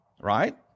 Right